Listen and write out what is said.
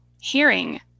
hearing